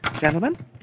gentlemen